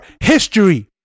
history